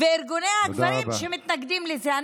וארגוני הגברים שמתנגדים לזה.